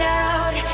out